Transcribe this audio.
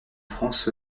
france